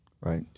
right